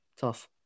Tough